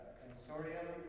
consortium